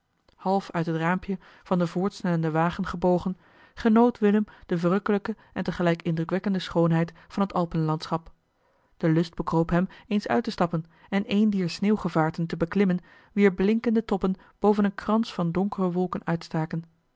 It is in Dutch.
half uit het raampje van den voortsnellenden wagen gebogen genoot willem de verrukkelijke en te gelijk indrukwekkende schoonheid van het alpenlandschap de lust bekroop hem eens uit te stappen en een dier sneeuwgevaarten te beklimmen wier blinkende toppen boven een krans van donkere wolken uitstaken